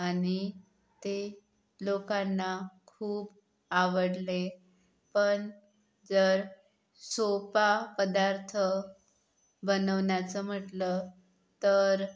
आणि ते लोकांना खूप आवडले पण जर सोपा पदार्थ बनवण्याचं म्हटलं तर